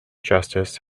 justice